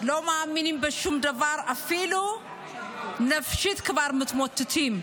לא מאמינים בשום דבר, אפילו נפשית כבר מתמוטטים.